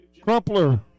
Crumpler